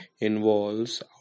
involves